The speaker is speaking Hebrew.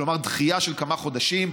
כלומר דחייה של כמה חודשים,